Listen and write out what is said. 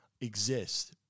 exist